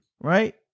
right